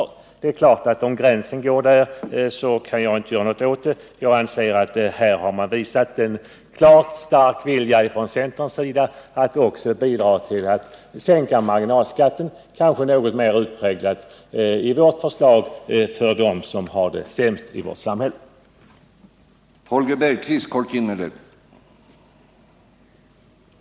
Om Holger Bergqvist anser att gränsen går här kan jag inte göra någonting åt det, men jag anser att centern klart har visat en stark vilja att bidra till att sänka marginalskatten. Kanske blir sänkningen enligt vårt förslag mer påtaglig för dem i vårt samhälle som har det sämst än enligt folkpartiets förslag.